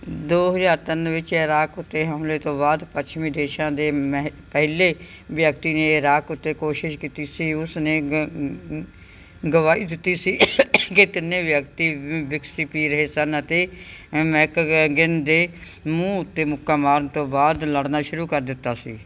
ਦੋ ਹਜ਼ਾਰ ਤਿੰਨ ਵਿੱਚ ਇਰਾਕ ਉੱਤੇ ਹਮਲੇ ਤੋਂ ਬਾਅਦ ਪੱਛਮੀ ਦੇਸ਼ਾਂ ਦੇ ਮਹ ਪਹਿਲੇ ਵਿਅਕਤੀ ਨੇ ਇਰਾਕ ਵਿੱਚ ਕੋਸ਼ਿਸ਼ ਕੀਤੀ ਸੀ ਉਸ ਨੇ ਗ ਗਵਾਹੀ ਦਿੱਤੀ ਸੀ ਕਿ ਤਿੰਨੇ ਵਿਅਕਤੀ ਵਿ ਵਿਕਸੀ ਪੀ ਰਹੇ ਸਨ ਅਤੇ ਮੈਕਗਿਗਨ ਦੇ ਮੂੰਹ ਉੱਤੇ ਮੁੱਕਾ ਮਾਰਨ ਤੋਂ ਬਾਅਦ ਲੜਨਾ ਸ਼ੁਰੂ ਕਰ ਦਿੱਤਾ ਸੀ